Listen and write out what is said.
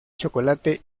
chocolate